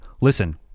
listen